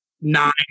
nine